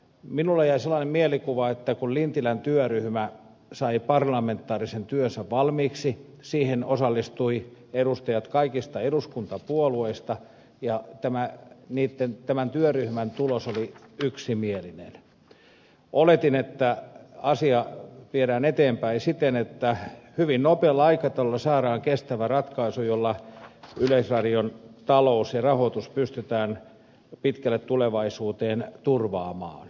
minulle jäi sellainen mielikuva ja oletin että kun lintilän työryhmä sai parlamentaarisen työnsä valmiiksi siihen osallistui edustajat kaikista eduskuntapuolueista ja tämän työryhmän työn tulos oli yksimielinen niin asia viedään eteenpäin siten että hyvin nopealla aikataululla saadaan kestävä ratkaisu jolla yleisradion talous ja rahoitus pystytään pitkälle tulevaisuuteen turvaamaan